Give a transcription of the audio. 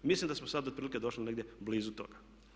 Mislim da smo sada otprilike došli negdje blizu toga.